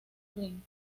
rin